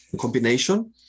combination